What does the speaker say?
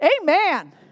Amen